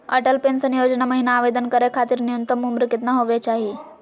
Atal pension Yojana महिना आवेदन करै खातिर न्युनतम उम्र केतना होवे चाही?